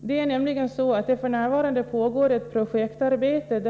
Det är nämligen så, att det f.n. pågår ett projektarbete.